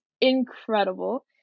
incredible